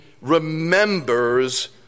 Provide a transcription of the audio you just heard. remembers